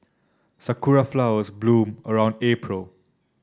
sakura flowers bloom around April